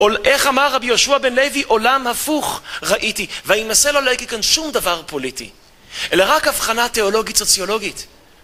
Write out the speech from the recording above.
אול איך אמר רבי יהושע בן לוי עולם הפוך ראיתי, ואני מנסה לא להגיד כאן שום דבר פוליטי אלא רק הבחנה תיאולוגית סוציולוגית